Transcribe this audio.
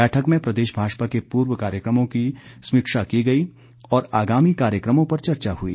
बैठक में प्रदेश भाजपा के पूर्व कार्यक्रमों की समीक्षा की गई और आगामी कार्यक्रमों पर चर्चा हुई